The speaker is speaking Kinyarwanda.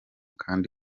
kandi